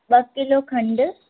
ॿ किलो खंडु